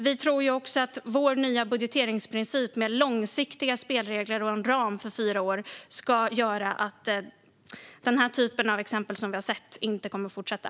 Vi tror att vår nya budgeteringsprincip med långsiktiga spelregler och en ram för fyra år ska göra att den typ av exempel på bistånd som vi har sett inte kommer att fortsätta.